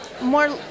more